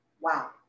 Wow